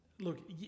look